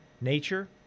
nature